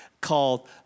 called